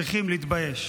צריכים להתבייש.